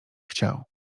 chciał